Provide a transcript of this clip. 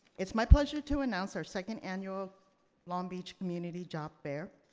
it's my pleasure to announce our second annual long beach community job fair.